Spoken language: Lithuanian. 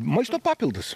maisto papildas